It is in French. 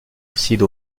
acide